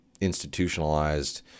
institutionalized